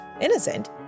innocent